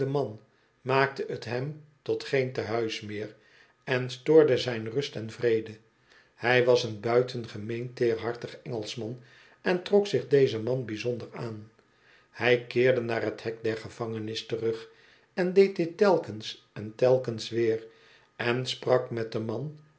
maakte t hem tot geen te-huis meer en stoorde zijn rust en vrede hij was een buitengemeen teerhartig engelschman en trok zich dezen man bijzonder aan hij keerde naar t hek der gevangenis terug en deed dit telkens en telkens weer en sprak met den man